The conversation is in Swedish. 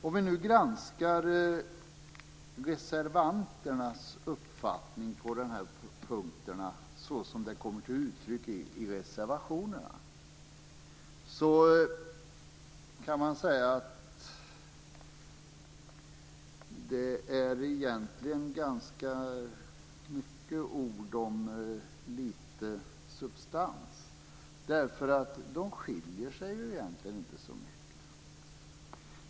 Om vi nu granskar reservanternas uppfattning på de här punkterna, som den kommer till uttryck i reservationen, kan man säga att det egentligen är ganska många ord och lite substans. Det skiljer sig egentligen inte så mycket.